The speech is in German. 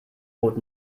brot